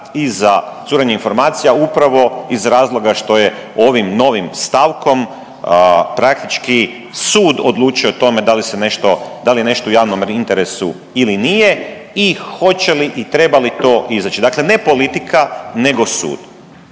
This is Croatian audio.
i za curenje informacija upravo iz razloga što je ovim novim stavkom praktički sud odlučio o tome da li se nešto, da li nešto u javnom interesu ili nije i hoće li i treba li to izaći. Dakle, ne politika nego sud.